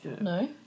No